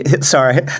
sorry